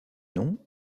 nom